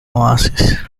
oasis